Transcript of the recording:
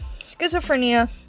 Schizophrenia